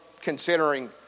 considering